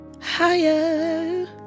higher